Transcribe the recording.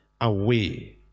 away